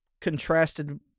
contrasted